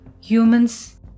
Humans